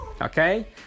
Okay